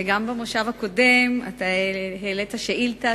אני זוכרת שגם במושב הקודם אתה העלית שאילתא